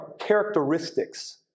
characteristics